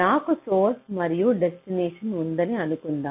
నాకు సోర్స్ మరియు డెస్టినేషన్ ఉందని అనుకుందాం